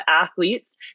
athletes